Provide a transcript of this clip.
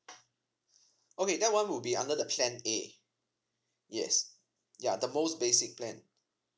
okay that one will be under the plan A yes ya the most basic plan